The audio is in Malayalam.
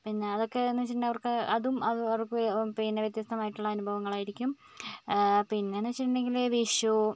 പിന്നെ അതൊക്കെ എന്നു വെച്ചിട്ടുണ്ടെങ്കിൽ അവർക്ക് അതും അവർക്ക് പിന്നെ വ്യത്യസ്ഥമായിട്ടുള്ള അനുഭവങ്ങളായിരിക്കും പിന്നെന്നു വെച്ചിട്ടുണ്ടെങ്കിൽ വിഷു